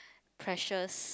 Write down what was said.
precious